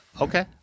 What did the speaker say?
okay